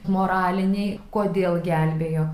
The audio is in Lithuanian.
moraliniai kodėl gelbėjo